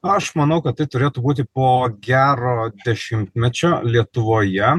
aš manau kad tai turėtų būti po gero dešimtmečio lietuvoje